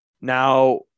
Now